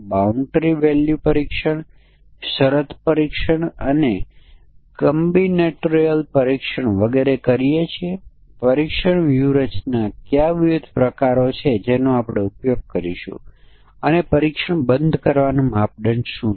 એક બાઉન્ડ્રીના લઘુત્તમ એકમાં મહત્તમ 1 અને 100 એક અંદર કહે છે કે 2 છે એક 100 ની નીચે અને એક પ્રતિનિધિ